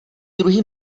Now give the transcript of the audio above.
druhý